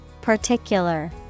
Particular